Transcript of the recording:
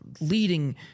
leading